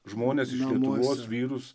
žmones iš lietuvos vyrus